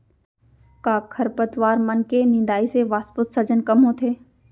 का खरपतवार मन के निंदाई से वाष्पोत्सर्जन कम होथे?